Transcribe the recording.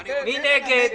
רגע,